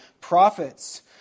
prophets